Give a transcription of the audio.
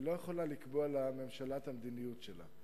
אבל היא לא יכולה לקבוע לממשלה את המדיניות שלה.